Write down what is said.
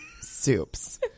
Soups